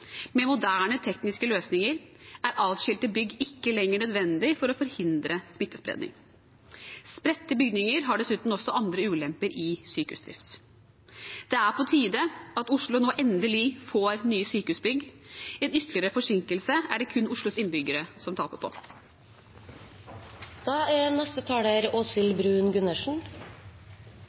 Med moderne tekniske løsninger er adskilte bygg ikke lenger nødvendig for å forhindre smittespredning. Spredte bygninger har dessuten også andre ulemper i sykehusdrift. Det er på tide at Oslo nå endelig får nye sykehusbygg. En ytterligere forsinkelse er det kun Oslos innbyggere som taper